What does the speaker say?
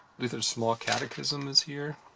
luther's small catechism is here